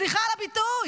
סליחה על הביטוי.